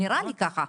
נראה לי ככה.